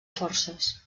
forces